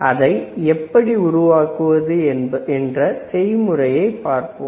அதை எப்படி உருவாக்குவது என்ற செய்முறையை பார்ப்போம்